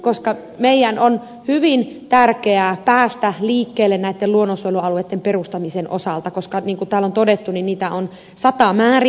koska meidän on hyvin tärkeä päästä liikkeelle näitten luonnonsuojelualueitten perustamisen osalta koska niin kuin täällä on todettu niitä on satamäärin